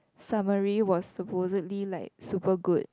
summary was supposedly like super good